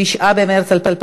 9 במרס 2016,